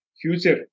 Future